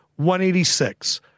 186